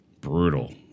brutal